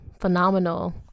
phenomenal